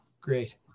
Great